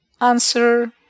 Answer